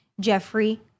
Jeffrey